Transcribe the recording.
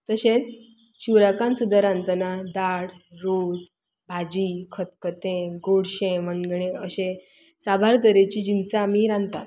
तशेंच शिवराकान सुद्दां रांदतना दाळ रोस भाजी खतखतें गोडशें मनगणें अशे साबार तरेचीं जिन्सां आमी रांदतात